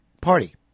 Party